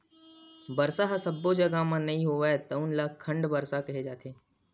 बरसा ह सब्बो जघा म नइ होवय तउन ल खंड बरसा केहे जाथे